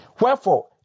wherefore